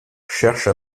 cherche